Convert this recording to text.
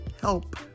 help